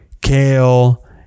kale